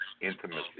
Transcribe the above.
intimacy